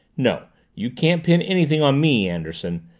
no, you can't pin anything on me, anderson!